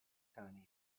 cani